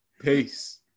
Peace